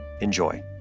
Enjoy